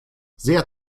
sehr